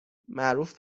معروف